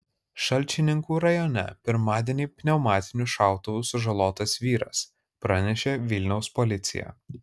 šalčininkų rajone pirmadienį pneumatiniu šautuvu sužalotas vyras pranešė vilniaus policija